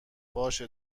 باشه